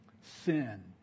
sin